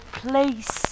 place